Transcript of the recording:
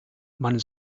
man